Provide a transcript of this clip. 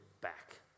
back